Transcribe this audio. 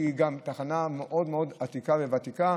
שהיא גם תחנה מאוד מאוד עתיקה וותיקה.